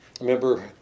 remember